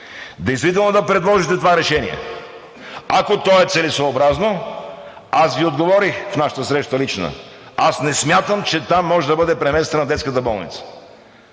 действително да предложите това решение, ако то е целесъобразно. Аз Ви отговорих в нашата лична среща – не смятам, че там може да бъде преместена детската болница,